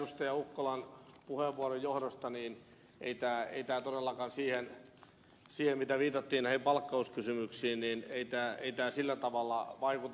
ukkolan puheenvuoron johdosta sanoisin ettei tämä todellakaan kun viitattiin ei pala koska se on sininen tietää palkkauskysymyksiin sillä tavalla vaikuta